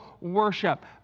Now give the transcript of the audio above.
worship